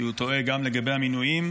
כי הוא טועה גם לגבי המינויים,